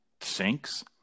sinks